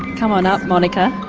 come on up monica.